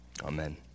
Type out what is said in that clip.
Amen